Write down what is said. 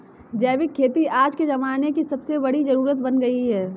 जैविक खेती आज के ज़माने की सबसे बड़ी जरुरत बन गयी है